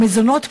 או מזונות,